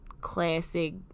classic